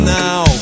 now